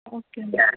okay అండి